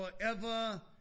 forever